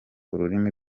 ururimi